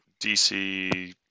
DC